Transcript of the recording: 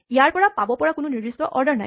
ইয়াৰ পৰা পাব পৰা কোনো নিৰ্দিষ্ট অৰ্ডাৰ নাই